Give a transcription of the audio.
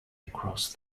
across